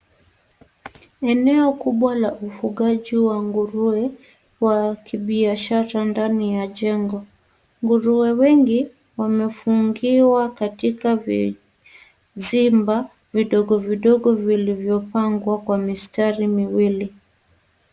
Eneo kubwa la ufugaji wa nguruwe wa kibiashara ndani ya jengo. Nguruwe wengi wamefungiwa katika vizimba vidogo vidogo vilivyopangwa kwa mistari miwili.